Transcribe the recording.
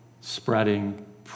spreading